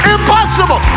Impossible